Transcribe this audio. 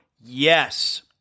Yes